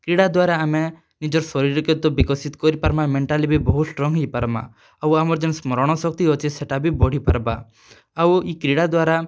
କ୍ରୀଡ଼ା ଦ୍ଵାରା ଆମେ ନିଜ ଶରୀର୍କେ ତ ବିକଶିତ୍ କରିପାର୍ମା ମେଣ୍ଟାଲି ବି ବହୁତ୍ ଷ୍ଟ୍ରଙ୍ଗ୍ ହେଇ ପାର୍ମା ଆଉ ଆମର୍ ଯେନ୍ ସ୍ମରଣଶକ୍ତି ଅଛି ସେଟା ବି ବଢ଼ି ପାର୍ଵା ଆଉ ଇ କ୍ରୀଡ଼ା ଦ୍ଵାରା